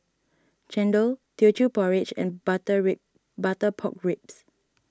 Chendol Teochew Porridge and Butter Rib Butter Pork Ribs